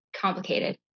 complicated